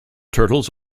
turtles